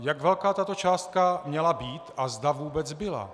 Jak velká tato částka měla být a zda vůbec byla?